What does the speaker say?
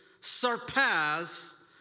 surpass